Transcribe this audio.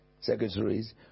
secretaries